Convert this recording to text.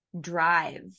drive